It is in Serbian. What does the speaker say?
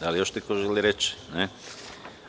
Da li još neko želi reč? (Ne.)